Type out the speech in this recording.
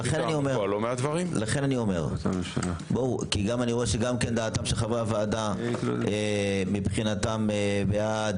גם אני רואה שדעת חברי הוועדה מבחינתם בעד